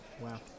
Wow